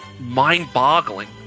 mind-boggling